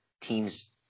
teams